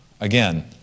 Again